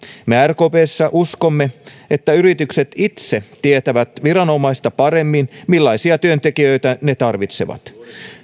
me rkpssä uskomme että yritykset itse tietävät viranomaista paremmin millaisia työntekijöitä ne tarvitsevat